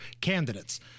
candidates